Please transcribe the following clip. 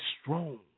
strong